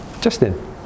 Justin